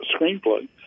screenplay